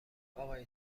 اقای